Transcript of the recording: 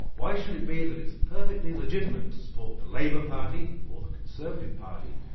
why should it be that it's perfectly legitimate to support the labour party or the conservative party,